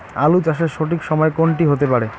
আলু চাষের সঠিক সময় কোন টি হতে পারে?